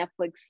Netflix